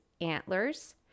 antlers